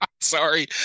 Sorry